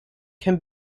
can